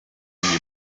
die